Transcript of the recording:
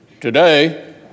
Today